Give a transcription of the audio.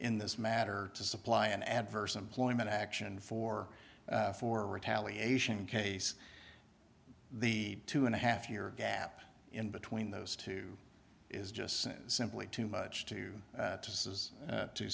in this matter to supply an adverse employment action for for retaliation case the two and a half year gap in between those two is just simply too much to to says to